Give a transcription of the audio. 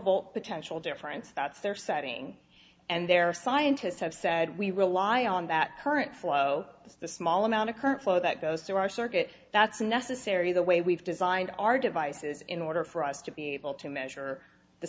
volt potential difference that's their setting and their scientists have said we rely on that current flow is the small amount of current flow that goes through our circuit that's necessary the way we've designed our devices in order for us to be able to measure the